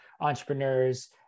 entrepreneurs